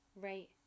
Right